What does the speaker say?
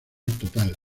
total